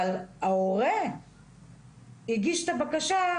אבל ההורה הגיש את הבקשה,